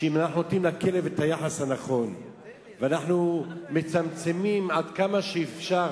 שאם אנחנו נותנים לכלב את היחס הנכון ומצמצמים עד כמה שאפשר